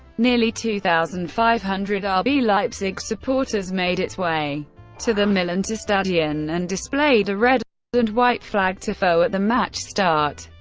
nearly two thousand five hundred ah rb leipzig supporters made its way to the millerntorstadion and displayed a red and white flag tifo at the match start.